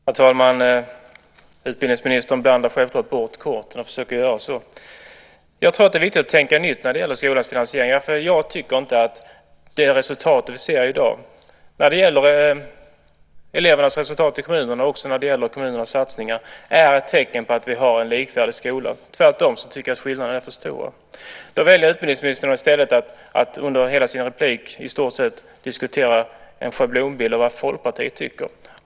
Herr talman! Utbildningsministern blandar självklart bort korten och försöker också göra så. Jag tror att det är viktigt att tänka nytt när det gäller skolans finansiering, för jag tycker inte att det resultat vi ser i dag när det gäller elevernas resultat i kommunerna och också när det gäller kommunernas satsningar är tecken på att vi har en likvärdig skola. Tvärtom tycker jag att skillnaderna är för stora. Då väljer utbildningsministern i stället att under i stort sett hela sin replik diskutera en schablonbild av vad Folkpartiet tycker.